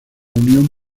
unión